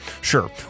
Sure